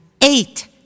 eight